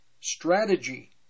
strategy